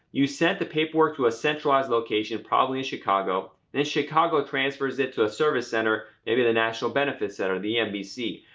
you sent the paperwork to a centralized location probably in chicago and then chicago transfers it to a service center maybe the national benefits center, the nbc.